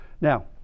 Now